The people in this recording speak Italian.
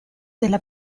della